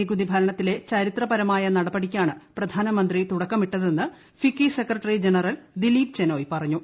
നികുതി ഭരണത്തിലെ ചരിത്രപരമായ നടപടിക്കാണ് പ്രധാന മന്ത്രി തുടക്കമിട്ടതെന്ന് FICCI secretary general Dilip Chenoy പറഞ്ഞു